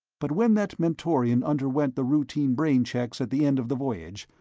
but when that mentorian underwent the routine brain-checks at the end of the voyage,